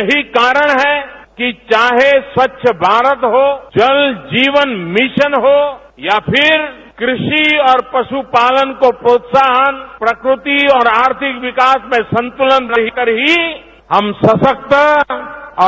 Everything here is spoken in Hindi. यही कारण है कि चाहे स्वच्छ भारत हो जल जीवन मिशन हो या फिर कृषि और पशुपालन को प्रोत्साहन प्रकृति और आर्थिक विकास में संतुलन रहकर ही हम सशक्त